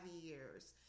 years